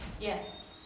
Yes